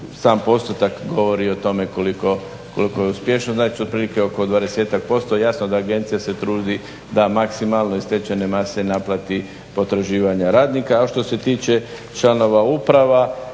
sam postotak govori o tome kolika je uspješnost, znači otprilike oko 20%. Jasno da agencija se trudi da maksimalno iz stečajne mase naplati potraživanja radnika. A što se tiče članova uprava,